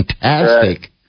fantastic